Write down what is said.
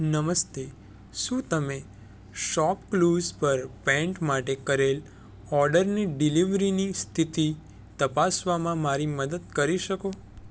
નમસ્તે શું તમે શોપક્લૂઝ પર પેન્ટ માટે કરેલ ઓર્ડરની ડિલિવરીની સ્થિતિ તપાસવામાં મારી મદદ કરી શકો